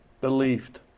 believed